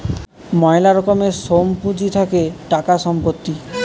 ময়লা রকমের সোম পুঁজি থাকে টাকা, সম্পত্তি